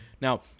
Now